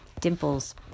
Dimples